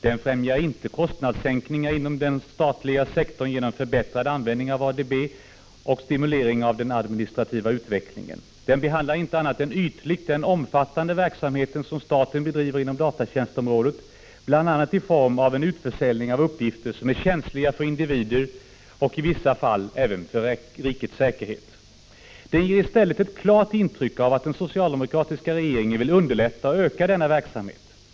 — Den främjar inte kostnadssänkningar inom den statliga sektorn genom förbättrad användning av ADB och stimulering av den administrativa utvecklingen. —- Den behandlar inte annat än ytligt den omfattande verksamhet som 1 staten bedriver inom datatjänstområdet, bl.a. i form av en utförsäljning av uppgifter som är känsliga för individer och, i vissa fall, även för rikets säkerhet. Den ger i stället ett klart intryck av att den socialdemokratiska regeringen vill underlätta och öka denna verksamhet.